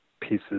pieces